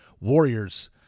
Warriors